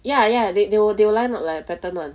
ya ya they they will line up like pattern [what]